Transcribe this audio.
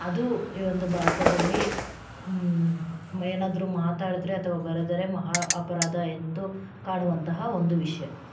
ಅದು ಈ ಒಂದು ಭಾರತದಲ್ಲಿ ಮ ಏನಾದರೂ ಮಾತಾಡಿದ್ರೆ ಅಥವಾ ಬರೆದರೆ ಮಹಾ ಅಪರಾಧ ಎಂದು ಕಾಣುವಂತಹ ಒಂದು ವಿಷಯ